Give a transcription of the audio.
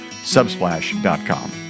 subsplash.com